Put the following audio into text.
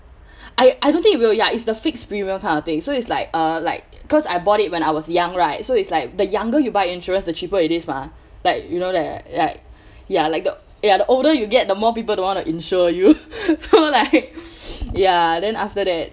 I I don't think it will ya it's the fixed premium kind of thing so it's like uh like cause I bought it when I was young right so it's like the younger you buy insurance the cheaper it is mah like you know leh like ya like the ya the older you get the more people don't want to insure you so like ya then after that